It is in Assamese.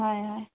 হয় হয়